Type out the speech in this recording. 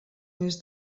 més